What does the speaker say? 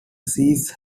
sees